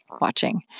watching